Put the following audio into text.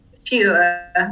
fewer